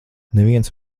neviens